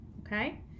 okay